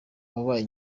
wabaye